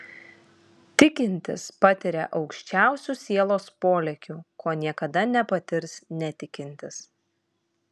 tikintis patiria aukščiausių sielos polėkių ko niekada nepatirs netikintis